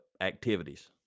activities